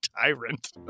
Tyrant